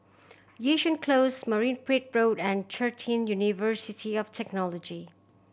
Yishun Close Marine Parade Road and University of Technology